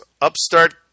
upstart